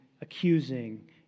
accusing